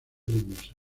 leñosa